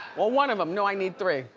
well, one of em. no, i need three.